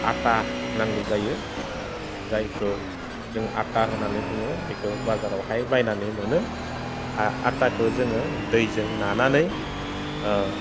आटा नांगौ जायो जायखौ जों आटा होननानै बुङो बेखौ बाजारावहाय बायनानै मोनो आटाखौ जोङो दैजों नानानै